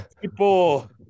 People